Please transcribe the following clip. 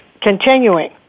continuing